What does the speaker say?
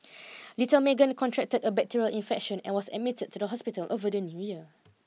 little Meagan contracted a bacterial infection and was admitted to the hospital over the new year